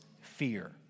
fear